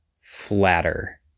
flatter